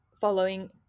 following